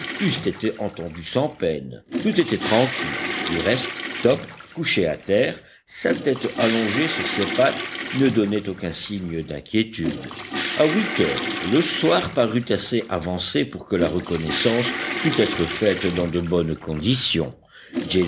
été entendus sans peine tout était tranquille du reste top couché à terre sa tête allongée sur ses pattes ne donnait aucun signe d'inquiétude à huit heures le soir parut assez avancé pour que la reconnaissance pût être faite dans de bonnes conditions